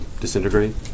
disintegrate